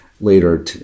later